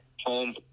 home